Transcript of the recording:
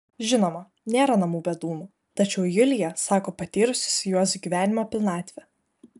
žinoma nėra namų be dūmų tačiau julija sako patyrusi su juozu gyvenimo pilnatvę